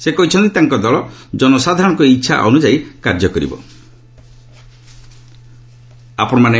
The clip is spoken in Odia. ସେ କହିଛନ୍ତି ତାଙ୍କ ଦଳ ଜନସାଧାରଙ୍କ ଇଚ୍ଛା ଅନୁଯାୟୀ କାର୍ଯ୍ୟ କରିବେ